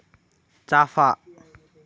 चाफा